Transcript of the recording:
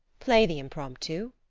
play the impromptu.